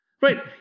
right